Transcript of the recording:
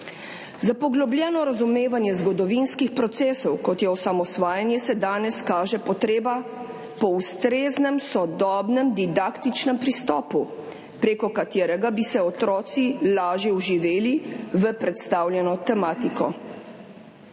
Za poglobljeno razumevanje zgodovinskih procesov, kot je osamosvajanje, se danes kaže potreba po ustreznem sodobnem didaktičnem pristopu, prek katerega bi se otroci lažje vživeli v predstavljeno tematiko.